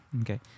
Okay